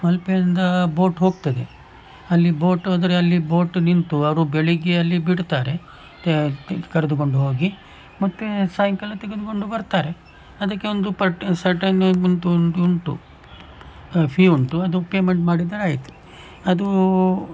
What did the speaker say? ಮಲ್ಪೆಯಿಂದ boat ಹೋಗ್ತದೆ ಅಲ್ಲಿ boat ಹೋದರೆ ಅಲ್ಲಿ ಬೋಟ್ ನಿಂತು ಅವರು ಬೆಳಿಗ್ಗೆ ಅಲ್ಲಿ ಬಿಡುತ್ತಾರೆ ತೆಗ್ದು ಕರೆದುಕೊಂಡು ಹೋಗಿ ಮತ್ತೆ ಸಾಯಂಕಾಲ ತೆಗೆದುಕೊಂಡು ಬರ್ತಾರೆ ಅದಕ್ಕೆ ಒಂದು ಪರ್ಟ್ ಸರ್ಟೇನ್ ಉಂಟು ಉಂಟು ಫೀ ಉಂಟು ಅದು ಪೇಮೆಂಟ್ ಮಾಡಿದರೆ ಆಯಿತು ಅದು